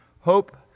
hope